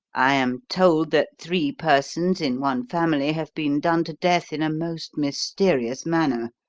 i am told that three persons in one family have been done to death in a most mysterious manner,